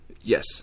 Yes